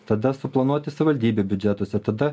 tada suplanuoti savivaldybių biudžetus ir tada